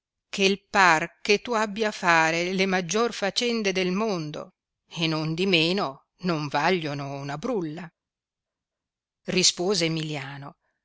e par che tu abbi a fare le maggior facende del mondo e nondimeno non vagliono una brulla rispose emilliano